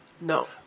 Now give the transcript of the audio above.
No